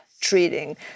treating